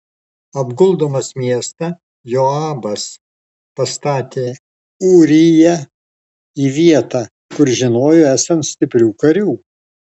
apguldamas miestą joabas pastatė ūriją į vietą kur žinojo esant stiprių karių